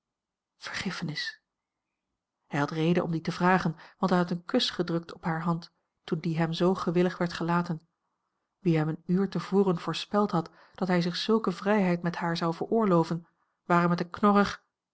hij had reden om die te vragen want hij had een kus gedrukt op hare hand toen die hem zoo gewillig werd gelaten wie hem een uur te voren voorspeld had dat hij zich zulke vrijheid met haar zou veroorloven ware met een